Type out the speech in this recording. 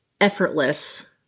effortless